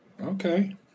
Okay